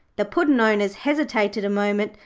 the puddin'-owners hesitated a moment,